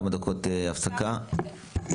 הצעת תקנות הרופאים (כשירויות לביצוע פעולות חריגות)(תיקון מס' 2),